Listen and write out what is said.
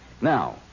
Now